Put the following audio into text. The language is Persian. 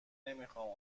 نمیخام